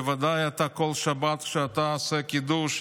בוודאי כשאתה עושה כל שבת קידוש,